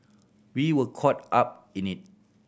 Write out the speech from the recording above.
we were caught up in it